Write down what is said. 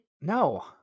No